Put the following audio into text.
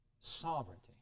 sovereignty